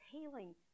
healing